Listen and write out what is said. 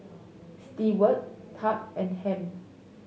Steward Thad and Ham